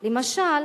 למשל,